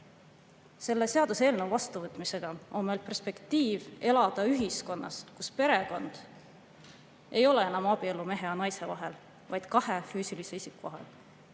Selle seaduseelnõu vastuvõtmisega on meil perspektiiv elada ühiskonnas, kus perekond ei ole enam abielu mehe ja naise vahel, vaid kahe füüsilise isiku vahel.